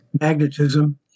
magnetism